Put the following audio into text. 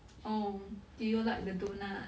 oh do you like the donut